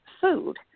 food